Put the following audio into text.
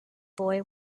boy